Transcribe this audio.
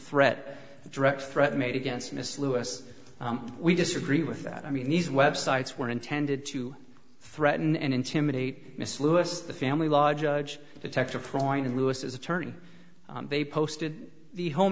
threat direct threat made against miss lewis we disagree with that i mean these websites were intended to threaten and intimidate miss lewis the family law judge detective point of lewis's attorney they posted the home